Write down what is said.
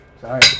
Sorry